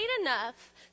enough